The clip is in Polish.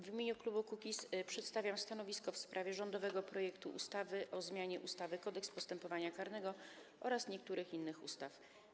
W imieniu klubu Kukiz przedstawiam stanowisko w sprawie rządowego projektu ustawy o zmianie ustawy Kodeks postępowania karnego oraz niektórych innych ustaw.